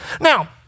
Now